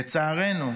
לצערנו,